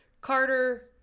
Carter